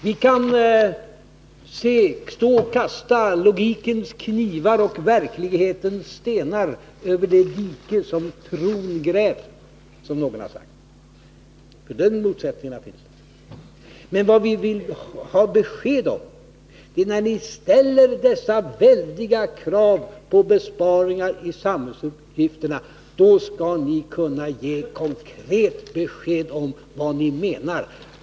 Vi kan stå och kasta logikens knivar och verklighetens stenar över det dike som tron grävt, som någon har sagt. De motsättningarna finns. Men vi vill ha besked. När ni ställer dessa väldiga krav på besparingar i samhällsutgifterna, då skall ni kunna ge konkret besked om vad ni menar.